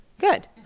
Good